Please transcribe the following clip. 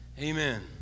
Amen